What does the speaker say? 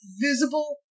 visible